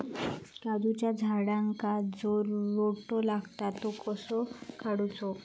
काजूच्या झाडांका जो रोटो लागता तो कसो काडुचो?